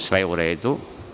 Sve je u redu.